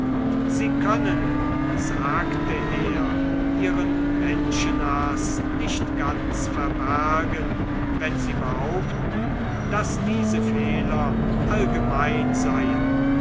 sie können sagte er ihren menschenhaß nicht ganz verbergen wenn sie behaupten daß diese fehler allgemein seien